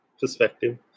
perspective